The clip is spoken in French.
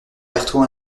carton